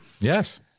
Yes